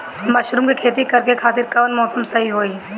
Mushroom के खेती करेके खातिर कवन मौसम सही होई?